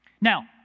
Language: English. Now